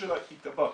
כותרתה היא טבק.